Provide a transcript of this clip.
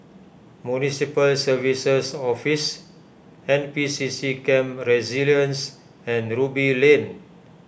Municipal Services Office N P C C Camp Resilience and Ruby Lane